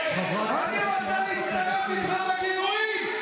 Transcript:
אני רוצה להצטרף איתך לגינויים.